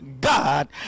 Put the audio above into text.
God